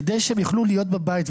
כדי שהם יוכלו להיות בבית,